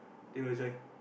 they will join